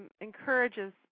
encourages